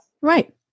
Right